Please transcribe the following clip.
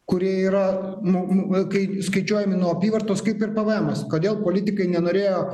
kurie yra kai skaičiuojami nuo apyvartos kaip ir pvemas kodėl politikai nenorėjo